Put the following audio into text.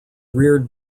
reared